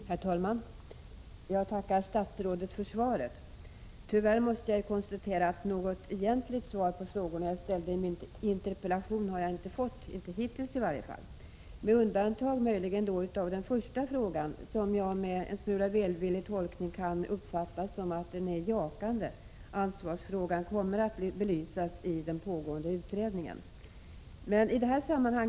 Herr talman! Jag tackar statsrådet för svaret. Tyvärr måste jag konstatera att jag, i varje fall inte hittills, inte har fått något egentligt svar på de frågor jag ställde i min interpellation. Möjligen kan jag här undanta svaret på min första fråga. Med en välvillig tolkning kan jag uppfatta det svaret som jakande. Ansvarsfrågan kommer alltså att belysas i den pågående utredningen.